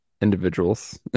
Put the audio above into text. individuals